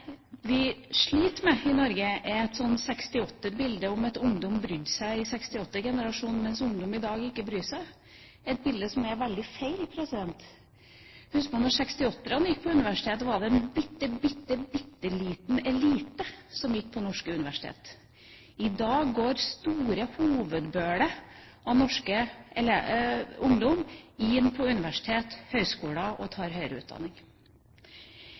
I Norge sliter vi med et 1968-bilde om at ungdom i 68-generasjonen brydde seg, mens ungdom i dag ikke bryr seg – et bilde som er veldig feil. Husk på at da 68-erne gikk på universitetet, var det en bitteliten elite som gikk på norske universitet. I dag går den store hovedbølingen av norsk ungdom på universitet/høyskoler og tar høyere utdanning.